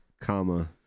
comma